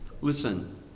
Listen